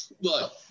look